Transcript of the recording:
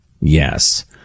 Yes